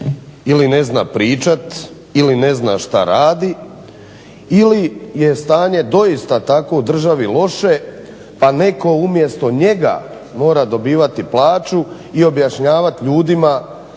ili ne zna pričati ili ne zna što radi ili je stanje u državi doista tako loše pa netko umjesto njega mora dobivati plaću i objašnjavati ljudima